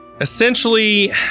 essentially